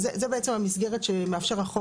יש לנו בחוק